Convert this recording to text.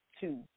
two